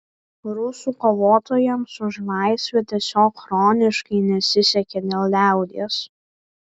rusų kovotojams už laisvę tiesiog chroniškai nesisekė dėl liaudies